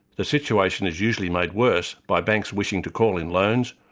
the situation is usually made worse by banks wishing to call in loans,